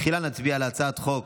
תחילה נצביע על הצעת חוק